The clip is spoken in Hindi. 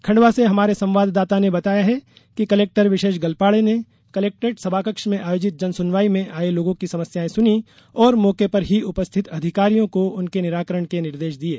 खंडवा से हमारे संवाददाता ने बताया है कि कलेक्टर विशेष गढ़पाले ने कलेक्ट्रेट सभाकक्ष में आयोजित जनसुनवाई में आये लोगों की समस्याएं सुनी और मौके पर ही उपस्थित अधिकारियों को उनके निराकरण के निर्देश दिये